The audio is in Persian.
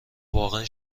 واقعا